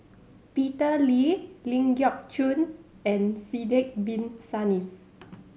Peter Lee Ling Geok Choon and Sidek Bin Saniff